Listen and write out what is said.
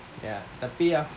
ya tapi aku